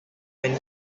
when